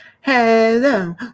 Hello